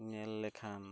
ᱧᱮᱞ ᱞᱮᱠᱷᱟᱱ